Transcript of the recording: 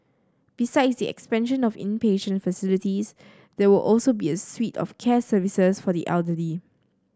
besides the expansion of inpatient facilities there will also be a suite of care services for the elderly